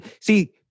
See